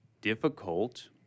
difficult